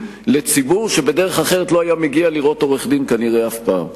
לציבור שבדרך אחרת לא היה מגיע לראות עורך-דין כנראה אף פעם.